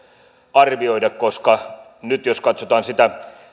arvioida koska nyt jos katsotaan sitä